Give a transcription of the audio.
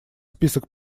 список